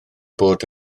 bod